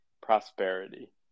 prosperity